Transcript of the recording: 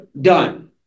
Done